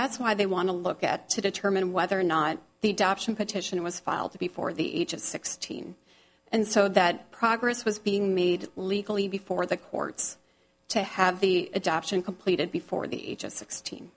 that's why they want to look at to determine whether or not the dobson petition was filed before the each of sixteen and so that progress was being made legally before the courts to have the adoption completed before the age of sixteen